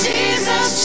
Jesus